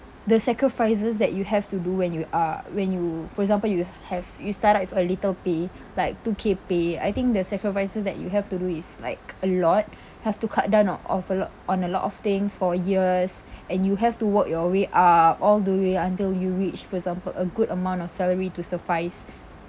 the sacrifices that you have to do when you are when you for example you have you start out with a little pay like two K pay I think the sacrifices that you have to do is like a lot have to cut down o~ of a lot on a lot of things for years and you have to work your way up all the way until you reach for example a good amount of salary to suffice